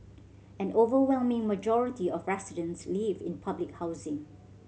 and overwhelming majority of residents live in public housing